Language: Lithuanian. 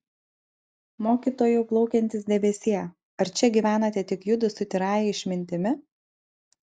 mokytojau plaukiantis debesie ar čia gyvenate tik judu su tyrąja išmintimi